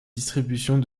distributions